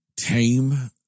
tame